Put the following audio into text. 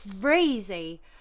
crazy